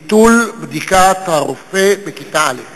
ביטול בדיקת הרופא בכיתה א'.